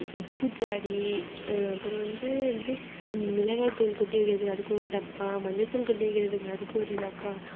உப்பு ஜாடி அப்பறம் வந்து இது மிளகாய் தூள் கொட்டி வைக்கிறதுக்கு அதுக்கு ஒரு டப்பா மஞ்சள் தூள் கொட்டி வைக்கிறதுக்கு அதுக்கு ஒரு டப்பா